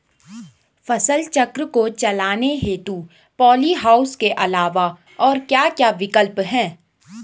फसल चक्र को चलाने हेतु पॉली हाउस के अलावा और क्या क्या विकल्प हैं?